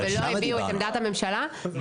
היה.